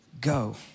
go